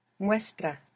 Muestra